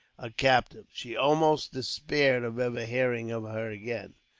a captive. she almost despaired of ever hearing of her again,